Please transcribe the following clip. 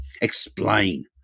explain